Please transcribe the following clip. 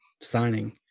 signing